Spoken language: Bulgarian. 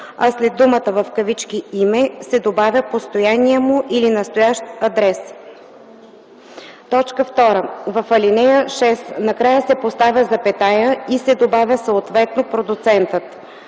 а след думата „име” се добавя „постоянния му или настоящ адрес”. 2. В ал. 6 накрая се поставя запетая и се добавя „съответно продуцентът”.